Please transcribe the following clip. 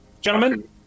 Gentlemen